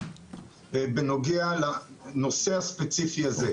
בנוגע לנושא הספציפי הזה.